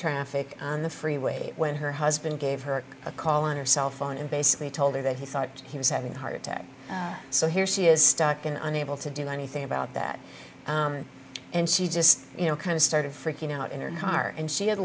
turn afaik on the freeway when her husband gave her a call on her cell phone and basically told her that he thought he was having a heart attack so here she is stuck in unable to do anything about that and she just you know kind of started freaking out in her car and she had